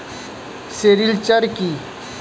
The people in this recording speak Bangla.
সেরিলচার কি?